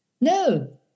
No